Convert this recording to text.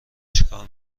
چکار